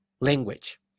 language